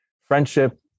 Friendship